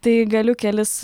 tai galiu kelis